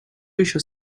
еще